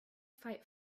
fight